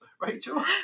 Rachel